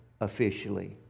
officially